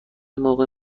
موقع